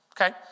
Okay